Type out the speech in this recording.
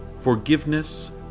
Forgiveness